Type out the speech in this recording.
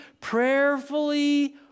prayerfully